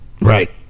Right